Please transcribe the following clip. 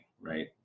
right